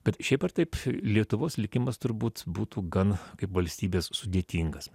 bet šiaip ar taip lietuvos likimas turbūt būtų gan kaip valstybės sudėtingas